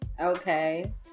Okay